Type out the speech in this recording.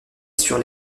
sur